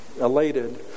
elated